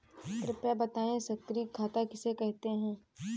कृपया बताएँ सक्रिय खाता किसे कहते हैं?